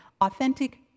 authentic